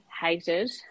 hated